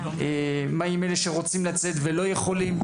מה עם אלה שרוצים לצאת ולא יכולים.